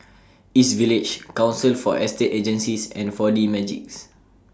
East Village Council For Estate Agencies and four D Magix